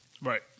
right